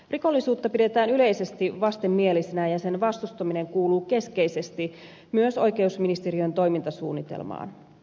rikollisuutta pidetään yleisesti vastenmielisenä ja sen vastustaminen kuuluu keskeisesti myös oikeusministeriön toimintasuunnitelmaan